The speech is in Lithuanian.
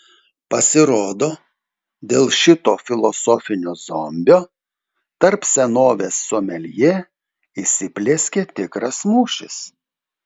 pasirodo dėl šito filosofinio zombio tarp senovės someljė įsiplieskė tikras mūšis